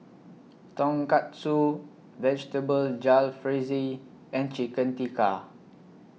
Tonkatsu Vegetable Jalfrezi and Chicken Tikka